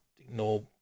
ignore